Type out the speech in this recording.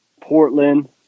Portland